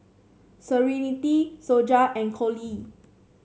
Serenity Sonja and Cole